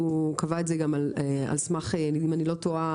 הוא קבע את זה גם על סמך מבחנים אם אני לא טועה,